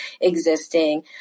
existing